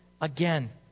again